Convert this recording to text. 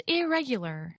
irregular